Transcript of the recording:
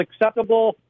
acceptable